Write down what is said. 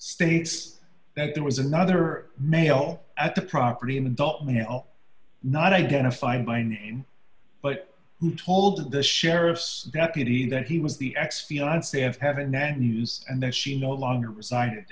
states that there was another male at the property an adult not identified by name but who told the sheriff's deputy that he was the ex fiance of heaven and news and that she no longer resigned